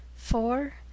four